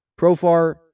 Profar